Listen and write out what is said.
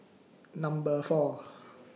Number four